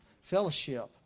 fellowship